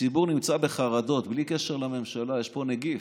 הציבור נמצא בחרדות, בלי קשר לממשלה, יש פה נגיף.